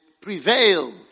prevailed